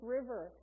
River